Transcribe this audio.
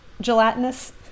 gelatinous